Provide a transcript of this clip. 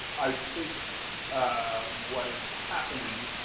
i think what is happening,